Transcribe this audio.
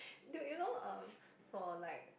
dude you know um for like